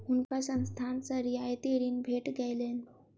हुनका संस्थान सॅ रियायती ऋण भेट गेलैन